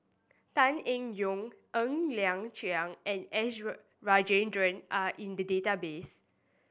Tan Eng Yoon Ng Liang Chiang and S Rajendran are in the database